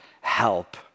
help